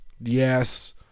Yes